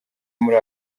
muri